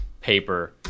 paper